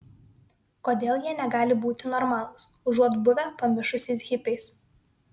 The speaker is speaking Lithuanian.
kodėl jie negali būti normalūs užuot buvę pamišusiais hipiais